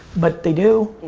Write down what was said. but they do.